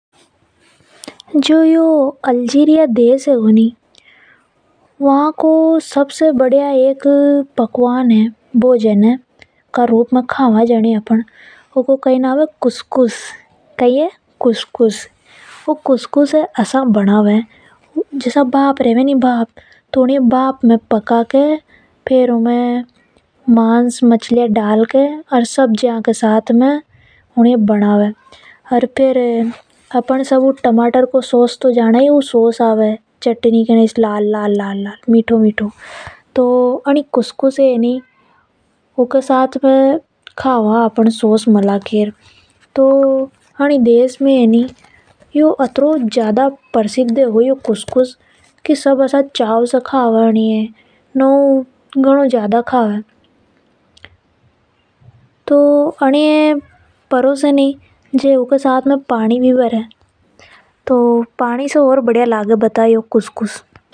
जो यो अल्जीरिया देश है नि वहां को एक सबसे बढ़िया पकवान है जिन्हें अपन भोजन का रूप में कावा। ऊ को कई नाम है खुस खुस । ई खुस खुस ए आसा बनावे जसा की भाप रेवे नि उ मे पकाकर मांस मछलियां डालकर सब्जियां के साथ में बनावे। फेर टमाटर को सॉस के साथ में ई खुस खुस ए चटनी के साथ में कावा। ई देश में इस पकवान न बहुत ही चाव से खावे है।